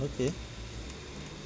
okay